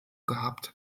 gehabt